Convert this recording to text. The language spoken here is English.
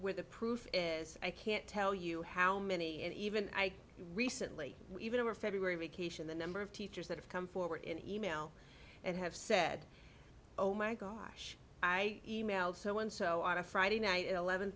where the proof is i can't tell you how many even i recently even over february cation the number of teachers that have come forward in e mail and have said oh my gosh i e mailed so and so on a friday night at eleven